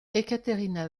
ekaterina